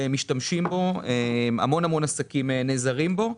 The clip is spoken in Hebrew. משתמשים בו, המון עסקים נעזרים בו.